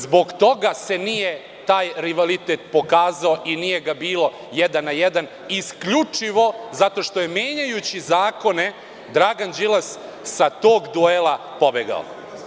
Zbog toga se nije taj rivalitet pokazao i nije ga bilo jedan na jedan, isključivo zato što je menjajući zakone Dragan Đilas sa tog duela pobegao.